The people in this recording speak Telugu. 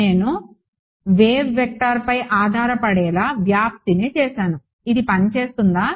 నేను వేవ్ వెక్టర్పై ఆధారపడేలా వ్యాప్తిని చేసాను ఇది పని చేస్తుందా